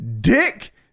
Dick